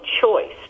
choice